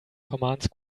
commands